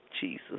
Jesus